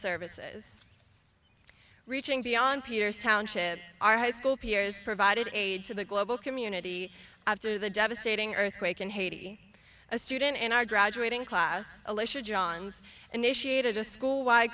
services reaching beyond peter's township our high school peers provided aid to the global community after the devastating earthquake in haiti a student in our graduating class alicia johns initiated a school